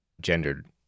gendered